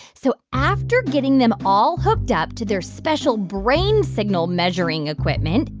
so after getting them all hooked up to their special brain-signal-measuring equipment,